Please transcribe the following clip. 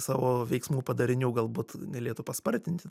savo veiksmų padarinių galbūt galėtų paspartint